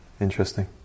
Interesting